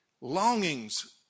Longings